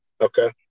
Okay